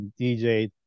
DJ